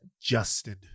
Justin